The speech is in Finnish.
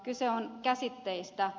kyse on käsitteistä